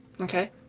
Okay